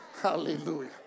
Hallelujah